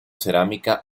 cerámica